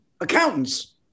accountants